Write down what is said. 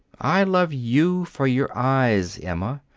i love you for your eyes, emma,